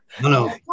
No